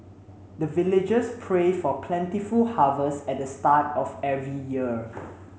the villagers pray for plentiful harvest at the start of every year